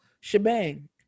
shebang